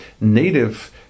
native